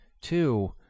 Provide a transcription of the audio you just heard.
Two